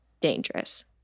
dangerous